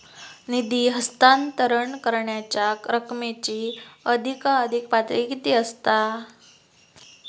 निधी हस्तांतरण करण्यांच्या रकमेची अधिकाधिक पातळी किती असात?